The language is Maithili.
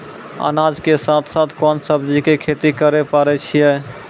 अनाज के साथ साथ कोंन सब्जी के खेती करे पारे छियै?